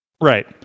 Right